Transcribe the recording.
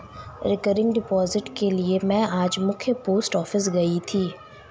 recurring deposit के लिए में आज मख्य पोस्ट ऑफिस गयी थी